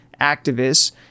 activists